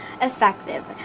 effective